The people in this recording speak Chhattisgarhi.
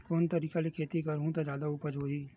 कोन तरीका ले खेती करहु त जादा उपज होही?